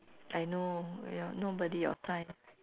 I know your nobody your size